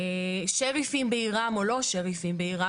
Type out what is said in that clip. שריפים בעירם או לא שריפים בעירם,